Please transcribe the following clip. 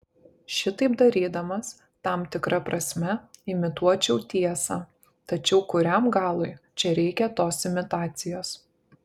šitaip darydamas tam tikra prasme imituočiau tiesą tačiau kuriam galui čia reikia tos imitacijos